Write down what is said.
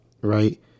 right